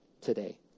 today